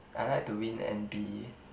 I like to win and be